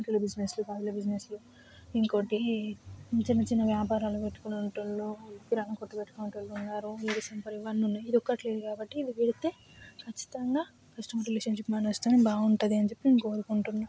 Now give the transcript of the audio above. బట్టల బిజినెస్లు పాల బిజినెస్లు ఇంకోటి చిన్న చిన్న వ్యాపారాలు పెట్టుకునేట వాళ్ళు కిరాణా కొట్లు పెట్టుకునే వాళ్ళు ఉన్నారు లేడిస్ ఎంపోరియం ఇవన్నీ ఉన్నాయి ఇదిక్కటి లేదు కాబట్టి ఇది పెడితే ఖచ్చితంగా కస్టమర్ రిలేషన్షిప్ మేనేజ్తో బాగుంటుంది అని చెప్పి నేను అనుకుంటున్నాను